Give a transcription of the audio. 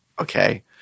okay